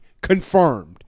Confirmed